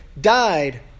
died